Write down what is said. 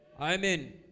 Amen